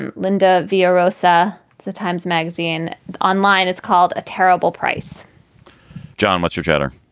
and linda villarosa, the times magazine online, it's called a terrible price john, what's your jetter?